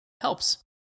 Helps